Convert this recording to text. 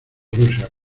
rusia